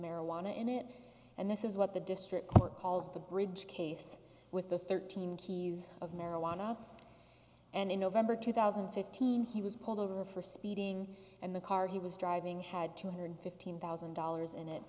marijuana in it and this is what the district calls the bridge case with the thirteen keys of marijuana and in november two thousand and fifteen he was pulled over for speeding and the car he was driving had two hundred fifteen thousand dollars in it